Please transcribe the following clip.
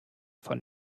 von